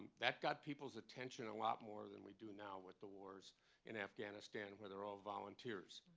that got people's attention a lot more than we do now with the wars in afghanistan where they're all volunteers.